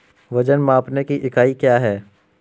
वजन मापने की इकाई क्या है?